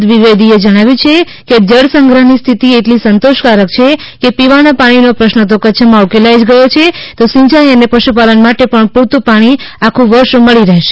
દ્વિવેદીએ જણાવ્યું છે કે જળ સંગ્રહ ની સ્થિતિ એટલી સંતોષકારક છે કે પીવાના પાણીનો પ્રશ્ન તો કચ્છ માં ઉકેલાઈ જ ગયો છે તો સિંચાઇ અને પશુપાલન માટે પૂરતું પાણી આખું વર્ષ મળી રહેશે